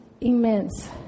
immense